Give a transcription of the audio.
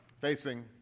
facing